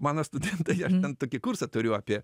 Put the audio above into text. mano studentai aš ten tokį kursą turiu apie